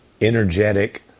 energetic